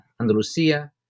Andalusia